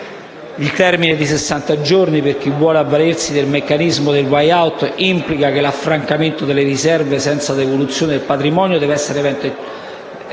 Il termine di sessanta giorni per chi vuole avvalersi del meccanismo della *way out* implica che l'affrancamento delle riserve senza devoluzione del patrimonio deve essere evento